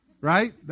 right